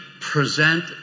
present